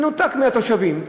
מנותק מהתושבים,